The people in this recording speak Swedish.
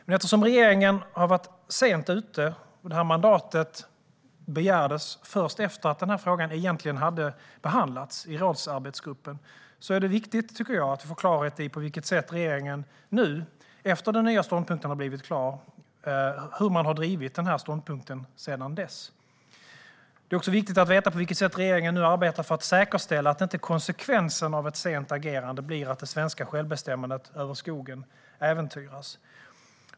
Men eftersom regeringen har varit sent ute och detta mandat begärdes först efter att denna fråga egentligen hade behandlats i rådsarbetsgruppen tycker jag att det är viktigt att få klarhet i på vilket sätt regeringen efter att den nya ståndpunkten har blivit klar har drivit denna ståndpunkt. Det är också viktigt att få veta på vilket sätt regeringen nu arbetar för att säkerställa att inte konsekvensen av ett sent agerande blir att det svenska självbestämmandet över skogen äventyras.